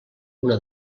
una